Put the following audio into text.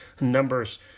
Numbers